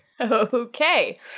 Okay